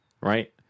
right